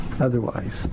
otherwise